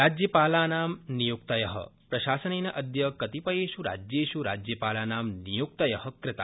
राज्यपालानां नियुक्तय प्रशासनेन अद्य कतिपयेष् राज्येष् राज्यपालाना नियुक्तय कृता